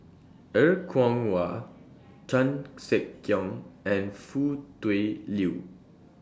Er Kwong Wah Chan Sek Keong and Foo Tui Liew